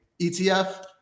etf